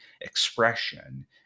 expression